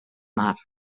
mar